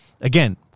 again